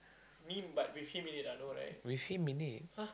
with him in it